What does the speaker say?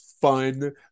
fun